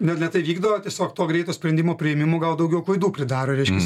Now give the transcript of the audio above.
ne lėtai vykdavo o tiesiog to greito sprendimo priėmimu gal daugiau klaidų pridaro reiškiasi